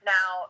Now